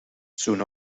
soon